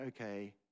okay